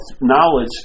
knowledge